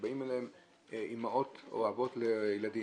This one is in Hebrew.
שבאים אליהם אימהות או אבות לילדים,